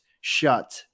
shut